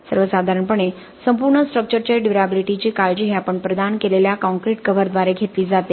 सर्वसाधारणपणे संपूर्ण स्ट्रक्चरचे ड्युर्याबिलिटी ची काळजी हे आपण प्रदान केलेल्या कॉंक्रिटकव्हर द्वारे घेतली जाते